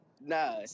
Nah